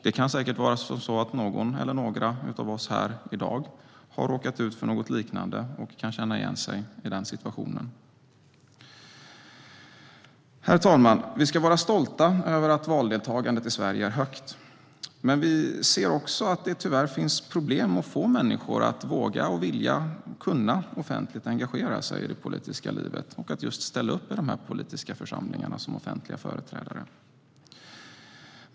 Det kan säkert vara så att någon eller några av oss här i dag har råkat ut för något liknande och kan känna igen sig i den situationen. Herr talman! Vi ska vara stolta över att valdeltagandet i Sverige är stort. Men vi ser också att det tyvärr finns problem att få människor att våga och vilja engagera sig i det politiska livet och ställa upp i dessa politiska församlingar som offentliga företrädare.